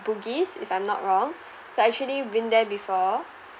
bugis if I'm not wrong so I actually been there before